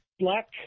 black